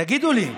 תגידו לי,